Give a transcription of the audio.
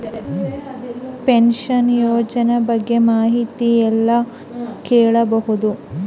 Pension ಯೋಜನ ಬಗ್ಗೆ ಮಾಹಿತಿ ಎಲ್ಲ ಕೇಳಬಹುದು?